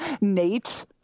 Nate